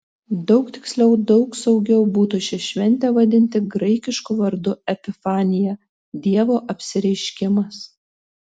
daug tiksliau daug saugiau būtų šią šventę vadinti graikišku vardu epifanija dievo apsireiškimas